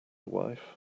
wife